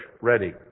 ready